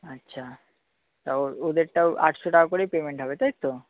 আচ্ছা তা ওদেরটাও আটশো টাকা করেই পেমেন্ট হবে তাই তো